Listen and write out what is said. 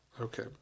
Okay